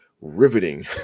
Riveting